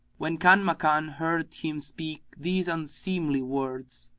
when kanmakan heard him speak these unseemly words,